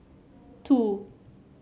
two